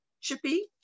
chippy